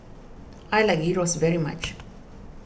I like Gyros very much